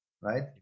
right